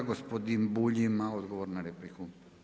Gospodin Bulj ima odgovor na repliku.